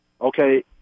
okay